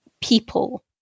people